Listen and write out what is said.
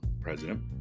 president